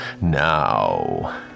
now